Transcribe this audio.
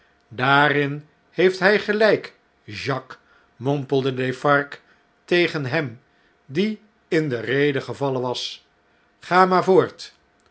daarin heeft hy geljjk jacques mompelde defarge tegen hem die in de rede gevallen was ga maar voort